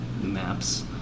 maps